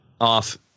Off